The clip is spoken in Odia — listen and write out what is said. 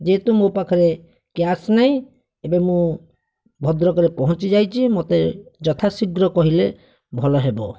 ଯେହେତୁ ମୋ ପାଖରେ କ୍ୟାସ୍ ନାହିଁ ଏବେ ମୁଁ ଭଦ୍ରକରେ ପହଞ୍ଚିଯାଇଛି ମୋତେ ଯଥା ଶୀଘ୍ର କହିଲେ ଭଲ ହେବ